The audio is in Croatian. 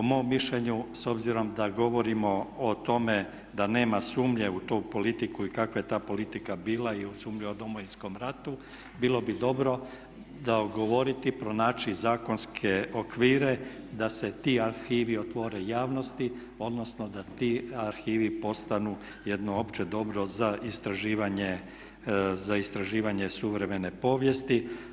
Po mom mišljenju s obzirom da govorimo o tome da nema sumnje u tu politiku i kakva je ta politika bila i o sumnjivom Domovinskom ratu bilo bi dobro dogovoriti, pronaći zakonske okvire da se ti arhivi otvore javnosti odnosno da ti arhivi postanu jedno opće dobro za istraživanje suvremene povijesti.